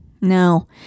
No